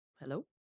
Hello